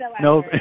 No